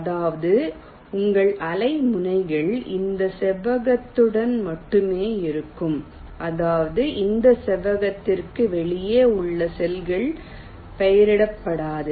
அதாவது உங்கள் அலை முனைகள் இந்த செவ்வகத்துடன் மட்டுமே இருக்கும் அதாவது இந்த செவ்வகத்திற்கு வெளியே உள்ள செல்கள் பெயரிடப்படாது